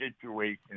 situation